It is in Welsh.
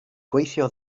gweithio